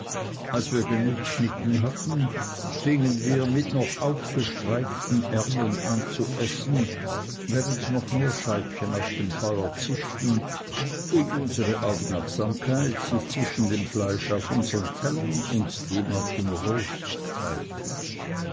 als wir genug schnitten hatten fingen wir mit noch aufgestreiften ärmeln an zu essen während noch mehr scheibchen auf dem feuer zischten und unsere aufmerksamkeit sich zwischen dem fleisch auf unsern tellern und dem auf dem rost teilte